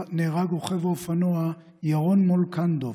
נהרג רוכב האופנוע ירון מולקנדוב,